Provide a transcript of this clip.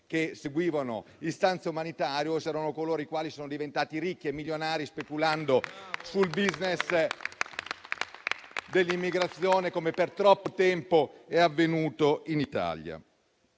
che seguivano l'istanza umanitaria o se fossero quelli diventati ricchi e milionari speculando sul *business* dell'immigrazione, come per troppo tempo è avvenuto in Italia.